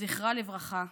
זכרה לברכה,